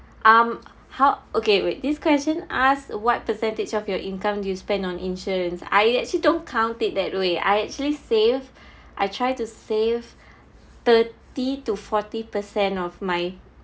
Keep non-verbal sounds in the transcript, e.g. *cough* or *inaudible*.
um how okay wait this question ask what percentage of your income do you spend on insurance I actually don't count it that way I actually save *breath* I try to save thirty to forty percent of my